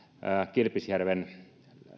kilpisjärven